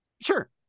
Sure